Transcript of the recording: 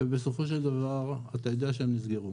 ובסופו של דבר אתה יודע שהם נסגרו